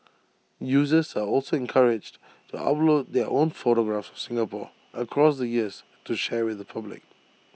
users are also encouraged to upload their own photographs of Singapore across the years to share with the public